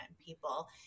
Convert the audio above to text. people